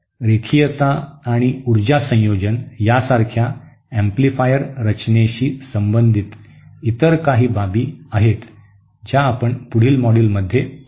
रेखीयता आणि ऊर्जा संयोजन यासारख्या एम्प्लीफायर रचनेशी संबंधित इतर काही बाबी आहेत ज्या आपण पुढील मॉड्यूल्समध्ये पाहू